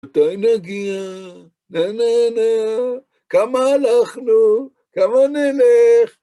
מתי נגיע? כמה הלכנו? כמה נלך?